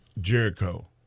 Jericho